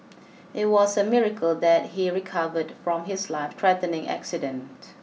it was a miracle that he recovered from his lifethreatening accident